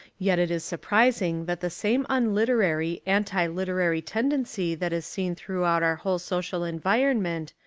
yet it is surprising that the same un llterary, anti-literary tendency that is seen throughout our whole social environment,